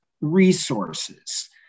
resources